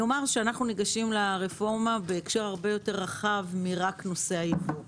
אני אומר שאנחנו ניגשים לרפורמה בהקשר הרבה יותר רחב מנושא הייבוא בלבד.